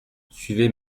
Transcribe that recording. suivez